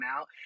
out